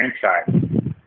franchise